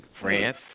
France